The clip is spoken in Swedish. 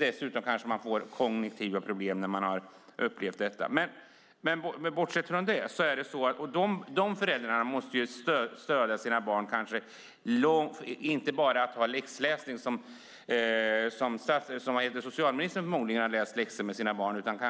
Dessutom kanske de får kognitiva problem när de har upplevt detta. De föräldrarna måste ju stödja sina barn inte bara genom läxläsning, som socialministern förmodligen har gjort, utan